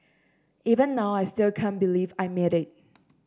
even now I still can't believe I made it